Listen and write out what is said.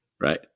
Right